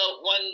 one